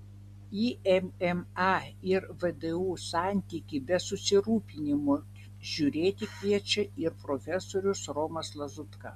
į mma ir vdu santykį be susirūpinimo žiūrėti kviečia ir profesorius romas lazutka